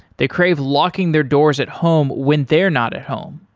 they crave locking their doors at home when they're not at home.